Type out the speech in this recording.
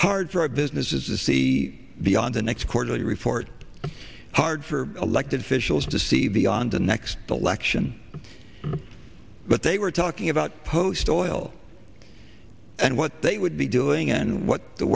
hard for our business is to see the on the next quarterly report hard for elected officials to see beyond the next election but they were talking about post all yll and what they would be doing and what the